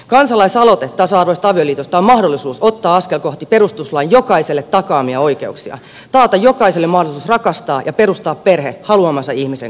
kansalaisaloite tasa arvoisesta avioliitosta on mahdollisuus ottaa askel kohti perustuslain jokaiselle takaamia oikeuksia taata jokaiselle mahdollisuus rakastaa ja perustaa perhe haluamansa ihmisen kanssa